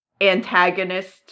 antagonist